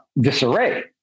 disarray